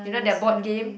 you know that board game